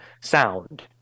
sound